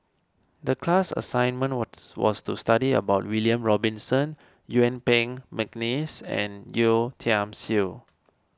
the class assignment what's was to study about William Robinson Yuen Peng McNeice and Yeo Tiam Siew